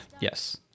Yes